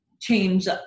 change